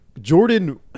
Jordan